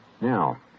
now